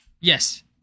Yes